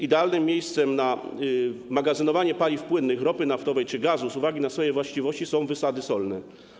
Idealnym miejscem na magazynowanie paliw płynnych, ropy naftowej czy gazu z uwagi na swoje właściwości są wysady solne.